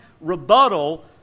rebuttal